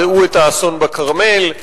ראו את האסון בכרמל,